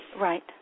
Right